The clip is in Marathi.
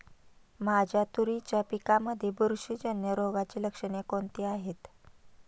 माझ्या तुरीच्या पिकामध्ये बुरशीजन्य रोगाची लक्षणे कोणती आहेत?